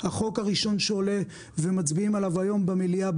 החוק הראשון שעולה ומצביעים על היום במליאה